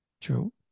True